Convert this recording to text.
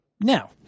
Now